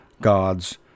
God's